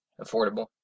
Affordable